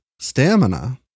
Stamina